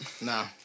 Nah